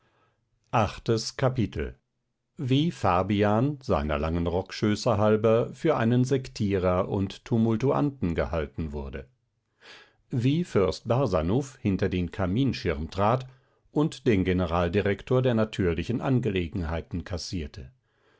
achtes kapitel wie fabian seiner langen rockschöße halber für einen sektierer und tumultuanten gehalten wurde wie fürst barsanuph hinter den kaminschirm trat und den generaldirektor der natürlichen angelegenheiten kassierte